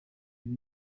yari